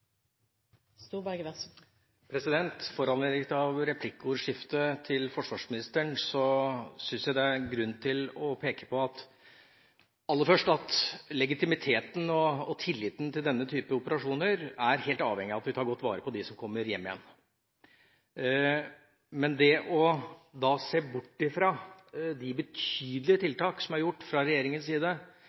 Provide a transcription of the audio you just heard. det er ubehagelig. Foranlediget av replikkordskiftet etter forsvarsministerens innlegg syns jeg det er grunn til aller først å peke på at legitimiteten og tilliten til denne type operasjoner er helt avhengig av at vi tar godt vare på dem som kommer hjem igjen. Men å se bort fra de betydelige tiltak som er gjort fra regjeringens side